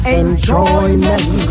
enjoyment